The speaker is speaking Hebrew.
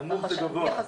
נמוך זה גבוה.